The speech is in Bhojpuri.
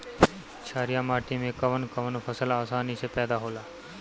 छारिया माटी मे कवन कवन फसल आसानी से पैदा होला?